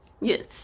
yes